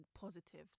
positive